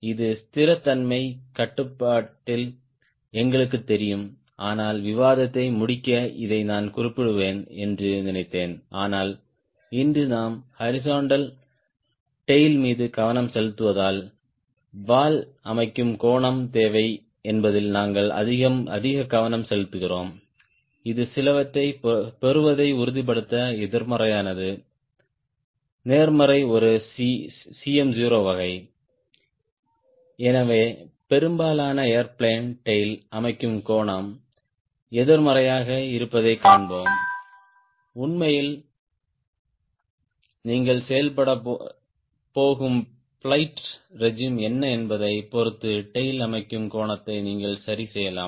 இது ஸ்திரத்தன்மை கட்டுப்பாட்டில் எங்களுக்குத் தெரியும் ஆனால் விவாதத்தை முடிக்க இதை நான் குறிப்பிடுவேன் என்று நினைத்தேன் ஆனால் இன்று நாம் ஹாரிஸ்ன்ட்டல் டேய்ல் மீது கவனம் செலுத்துவதால் வால் அமைக்கும் கோணம் தேவை என்பதில் நாங்கள் அதிக கவனம் செலுத்துகிறோம் இது சிலவற்றைப் பெறுவதை உறுதிப்படுத்த எதிர்மறையானது நேர்மறை ஒரு Cm0 வகை எனவே பெரும்பாலான ஏர்பிளேன் டேய்ல் அமைக்கும் கோணம் எதிர்மறையாக இருப்பதைக் காண்போம் உண்மையில் நீங்கள் செயல்படப் போகும் பிளையிட் ரெஜிம் என்ன என்பதைப் பொறுத்து டேய்ல் அமைக்கும் கோணத்தை நீங்கள் சரிசெய்யலாம்